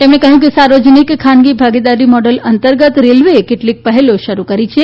તેમણે કહ્યું કે સાર્વજનિક ખાનગી ભાગીદારી મોડલ અંતર્ગત રેલવેએ કેટલીક પહેલો શરૂ કરી છે